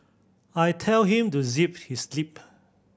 I tell him to zip his lip